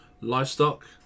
livestock